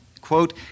quote